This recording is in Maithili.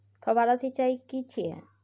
फव्वारा सिंचाई की छिये?